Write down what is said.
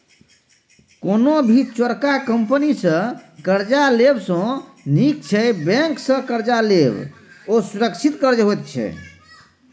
कोनो भी चोरका कंपनी सँ कर्जा लेब सँ नीक छै बैंक सँ कर्ज लेब, ओ सुरक्षित कर्ज होइत छै